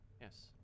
yes